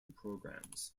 programs